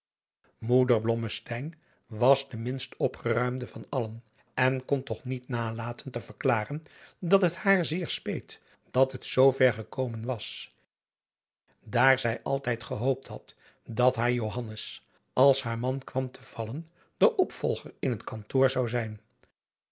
was de minst opgeruimde van allen en kon toch niet nalaten te verklaren dat het haar zeer speet dat het zoover gekomen was daar zij altijd gehoopt had dat haar johannes als haar man kwam te vallen de opvolger in het kantoor zou zijn